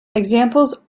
examples